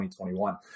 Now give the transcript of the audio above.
2021